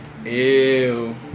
Ew